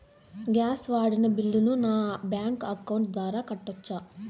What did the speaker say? Gas వాడిన బిల్లును నా బ్యాంకు అకౌంట్ ద్వారా కట్టొచ్చా?